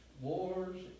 Wars